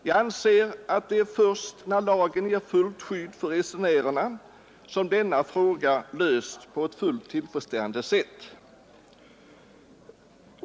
Jag anser att det är först när lagen ger fullt skydd för resenärerna som denna fråga lösts på ett fullt tillfredsställande sätt.